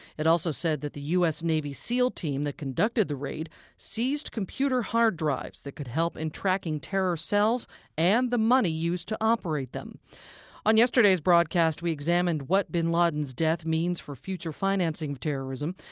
it also said that the u s. navy seal team that conducted the raid seized computer hard drives that could help in tracking terror cells and the money used to operate them on yesterday's broadcast, we examined what bin laden's death means for future financing of terrorism.